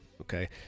Okay